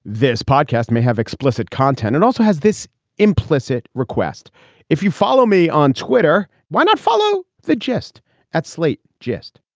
this podcast may have explicit content and also has this implicit request if you follow me on twitter. why not follow the gist at slate? just